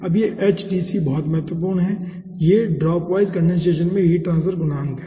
अब यह hdc बहुत महत्वपूर्ण है यह ड्रॉप वाइज कंडेनसेशन में हीट ट्रांसफर गुणांक है